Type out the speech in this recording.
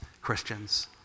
Christians